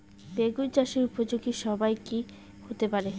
বেগুন চাষের উপযোগী সময় কি হতে পারে?